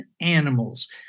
animals